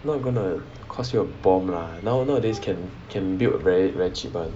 not gonna cost you a bomb lah now nowadays can can build a very very cheap [one]